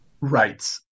Right